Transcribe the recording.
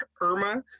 Irma